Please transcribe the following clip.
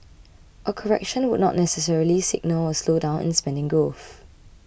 a correction would not necessarily signal a slowdown in spending growth